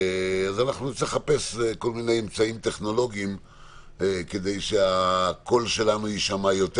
נצטרך לחפש כל מיני אמצעים טכנולוגיים כדי שהקול שלנו יישמע יותר.